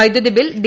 വൈദ്യു തി bill D